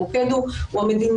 המוקד הוא המדינה.